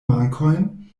mankojn